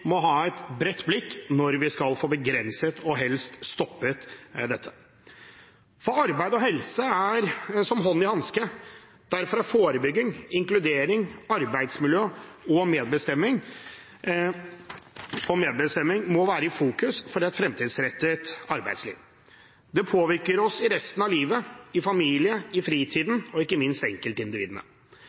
skal få begrenset og helst stoppet dette. Arbeid og helse er som hånd i hanske. Derfor må forebygging, inkludering, arbeidsmiljø og medbestemming være i fokus for et fremtidsrettet arbeidsliv. Det påvirker oss i resten av livet, i familien og i fritiden, og ikke minst påvirker det enkeltindividene.